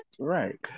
Right